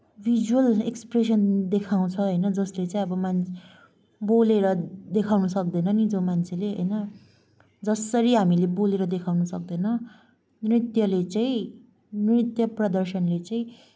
visual expression देखाउँछ होइन जसले चाहिँ अब मान्छे बोलेर देखाउन सक्दैन नि जो मान्छेले होइन जसरी हामीले बोलेर देखाउन सक्दैनौँ नृत्यले चाहिँ नृत्य प्रदर्शनले चाहिँ